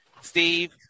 steve